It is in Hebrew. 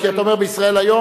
כי אתה אומר בישראל היום,